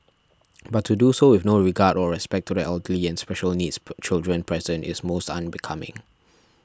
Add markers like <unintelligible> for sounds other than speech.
but to do so with no regard or respect to the elderly and special needs <unintelligible> children present is most unbecoming